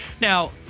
Now